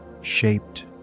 shaped